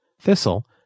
Thistle